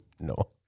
No